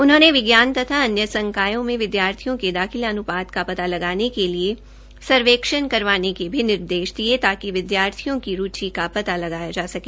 उन्होंने विज्ञान तथा अन्य संकायों में विद्यार्थियों के दाखिला अनुपात का पता लगाने के लिए सर्वेक्षण करवाने के भी निर्देश दिए ताकि विद्यार्थियों की रुचि का पता लगाया जा सके